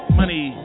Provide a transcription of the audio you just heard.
money